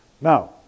Now